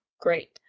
Great